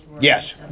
Yes